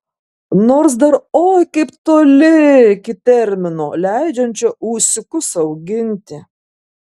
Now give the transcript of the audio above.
nors dar oi kaip toli iki termino leidžiančio ūsiukus auginti